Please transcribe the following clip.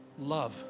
love